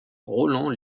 roland